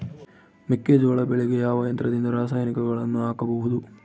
ಮೆಕ್ಕೆಜೋಳ ಬೆಳೆಗೆ ಯಾವ ಯಂತ್ರದಿಂದ ರಾಸಾಯನಿಕಗಳನ್ನು ಹಾಕಬಹುದು?